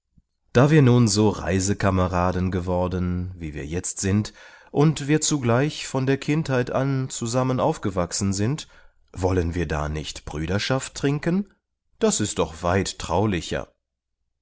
da wir nun so reisekameraden geworden wie wir jetzt sind und wir zugleich von der kindheit an zusammen aufgewachsen sind wollen wir da nicht brüderschaft trinken das ist doch weit